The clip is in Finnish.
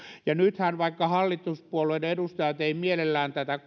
nythän vaikka hallituspuolueiden edustajat eivät mielellään tätä